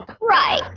right